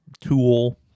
Tool